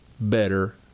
better